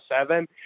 seven